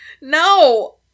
No